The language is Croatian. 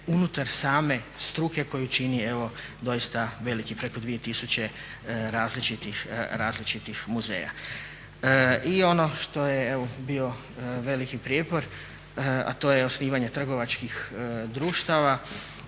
unutar same struke koju čini evo doista veliki, preko 2000 različitih muzeja. I ono što je bio veliki prijepor, a to je osnivanje trgovačkih društava.